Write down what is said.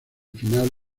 finales